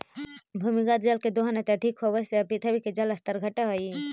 भूमिगत जल के दोहन अत्यधिक होवऽ से पृथ्वी के जल स्तर घटऽ हई